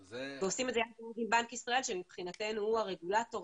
ועושים את זה יחד עם בנק ישראל שמבחינתנו הוא הרגולטור.